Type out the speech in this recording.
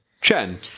Chen